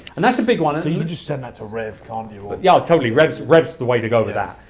and that's a big one so you just send that to rev, can't you or? yeah, totally, rev's rev's the way to go with that.